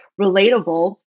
relatable